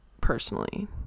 personally